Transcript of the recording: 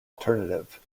alternative